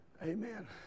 Amen